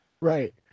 Right